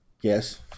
Yes